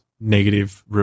negative